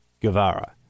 Guevara